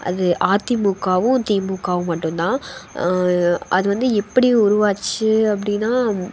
அது அதிமுகவும் திமுகவும் மட்டும்தான் அது வந்து எப்படி உருவாச்சு அப்படின்னா